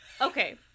okay